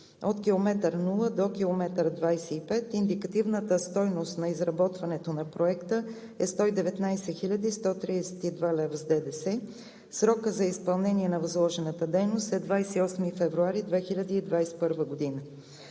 От км 0 до км 25 индикативната стойност на изработването на проекта е 119 хил. 132 лв. с ДДС. Срокът за изпълнение на възложената дейност е 28 февруари 2021 г.